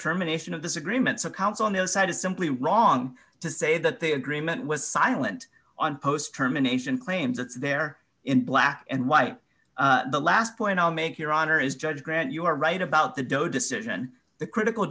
terminations of disagreements accounts on his side is simply wrong to say that they agreement was silent on post terminations claims it's there in black and white the last point i'll make your honor is judge grant you are right about the doe decision the critical